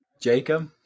Jacob